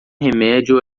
remédio